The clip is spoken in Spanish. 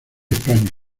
españa